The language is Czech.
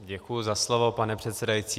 Děkuji za slovo, pane předsedající.